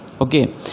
Okay